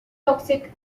toxic